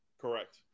Correct